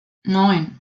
neun